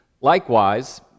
Likewise